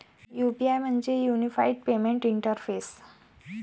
UPI म्हणजे unified payment interface